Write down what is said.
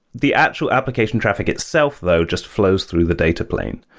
the actual application traffic itself though just flows through the data plane.